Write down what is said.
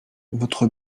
votre